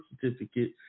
certificate